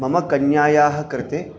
मम कन्यायाः कृते